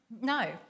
No